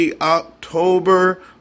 October